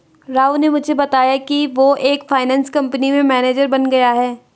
राव ने मुझे बताया कि वो एक फाइनेंस कंपनी में मैनेजर बन गया है